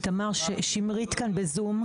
יש לנו תשובה מהפרקליטות?